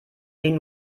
gehen